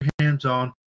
hands-on